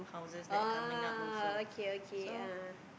oh okay okay ah